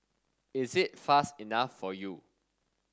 is it fast enough for you